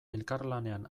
elkarlanean